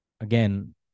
again